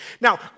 Now